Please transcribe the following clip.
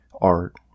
art